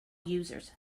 users